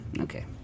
Okay